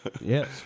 yes